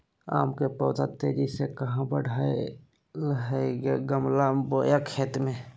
आम के पौधा तेजी से कहा बढ़य हैय गमला बोया खेत मे?